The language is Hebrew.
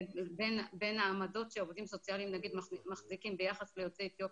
בין העמדות שעובדים סוציאליים מחזיקים ביחס ליוצאי אתיופיה,